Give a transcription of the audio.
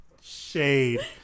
Shade